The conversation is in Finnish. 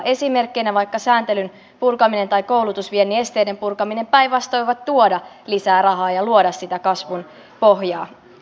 esimerkkeinä vaikka sääntelyn purkaminen tai koulutusviennin esteiden purkaminen päinvastoin voivat tuoda lisää rahaa ja luoda sitä kasvun pohjaa